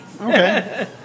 Okay